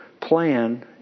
plan